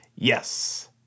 Yes